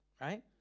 right